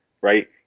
right